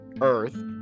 earth